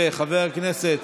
וחבר הכנסת